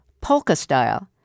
polka-style